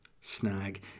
snag